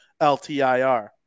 LTIR